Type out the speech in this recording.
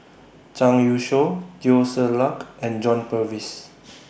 Zhang Youshuo Teo Ser Luck and John Purvis